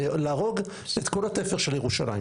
זה להרוג את כל התפר של ירושלים.